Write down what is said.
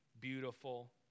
beautiful